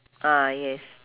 ah yes